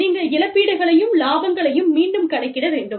நீங்கள் இழப்பீடுகளையும் இலாபங்களையும் மீண்டும் கணக்கிட வேண்டும்